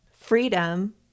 freedom